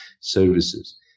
services